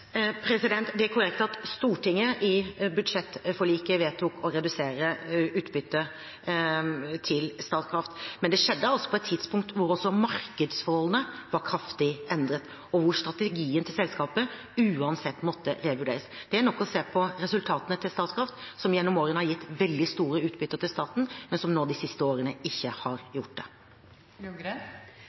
Det er korrekt at Stortinget i budsjettforliket vedtok å redusere utbyttet til Statkraft, men det skjedde altså på et tidspunkt hvor også markedsforholdene var kraftig endret, og hvor strategien til selskapet uansett måtte revurderes. Det er nok å se på resultatene til Statkraft, som gjennom årene har gitt veldig store utbytter til staten, men som nå de siste årene ikke har gjort